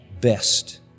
best